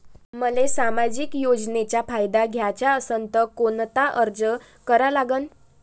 मले सामाजिक योजनेचा फायदा घ्याचा असन त कोनता अर्ज करा लागन?